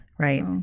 Right